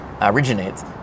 originates